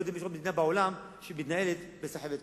אני לא יודע אם יש עוד מדינה בעולם שמתנהלת בסחבת כזאת.